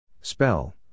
Spell